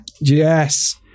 Yes